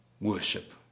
worship